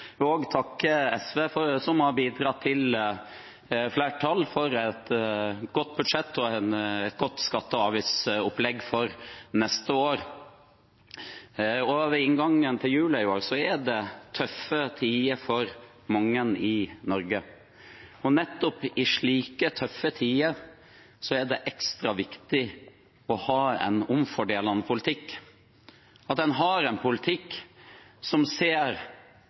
vil også takke SV, som har bidratt til flertall for et godt budsjett og et godt skatte- og avgiftsopplegg for neste år. Ved inngangen til jul i år er det tøffe tider for mange i Norge. Nettopp i slike tøffe tider er det ekstra viktig å ha en omfordelende politikk – en politikk som ser